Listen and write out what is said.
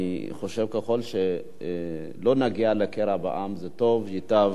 אני חושב שככל שלא נגיע לקרע בעם, ייטב.